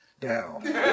down